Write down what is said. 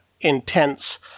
intense